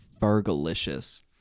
Fergalicious